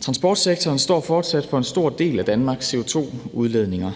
Transportsektoren står fortsat for en stor del af Danmarks CO2-udledninger.